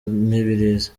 mibirizi